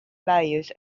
values